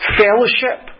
fellowship